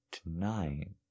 Tonight